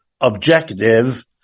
objective